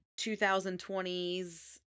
2020's